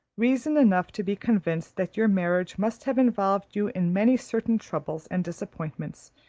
reason enough to be convinced that your marriage must have involved you in many certain troubles and disappointments,